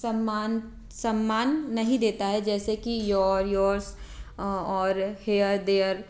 सम्मान सम्मान नहीं देता है जैसे कि योर योर्स और हेयर देयर